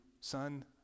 son